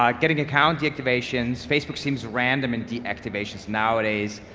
um getting account deactivations, facebook seems random and deactivations nowadays,